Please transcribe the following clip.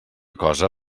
cosa